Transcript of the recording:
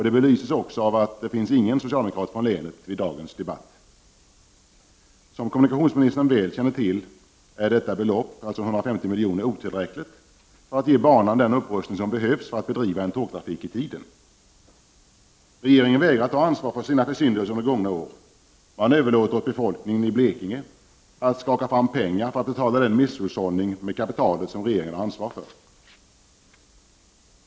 Det belyses också av att det inte finns någon socialdemokrat från länet som deltar i dagens debatt. Som kommunikationsministern väl känner till är detta belopp, 150 miljoner, otillräckligt för att ge banan den upprustning som behövs för att bedriva en tågtrafik i tiden. Regeringen vägrar ta ansvar för sina försyndelser under gångna år. Man överlåter åt befolkningen i Blekinge att skaka fram pengar för att betala den misshushållning med kapitalet som regeringen har ansvar för.